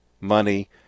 money